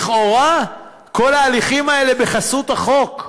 לכאורה כל ההליכים האלה בחסות החוק.